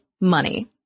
money